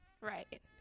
Right